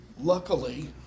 luckily